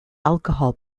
alcohol